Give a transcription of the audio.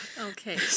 Okay